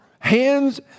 Hands